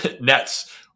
Nets